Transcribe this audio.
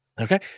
okay